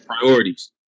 Priorities